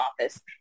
office